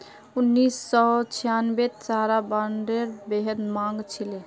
उन्नीस सौ छियांबेत सहारा बॉन्डेर बेहद मांग छिले